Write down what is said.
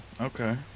Okay